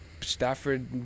Stafford